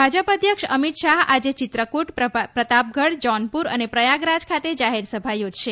ભાજપના અધ્યક્ષ અમિત શાહ આજે ચિત્રકુટ પ્રતાપગઢ જોનપુર અને પ્રયાગરાજ ખાતે જાહેરસભા યોજશે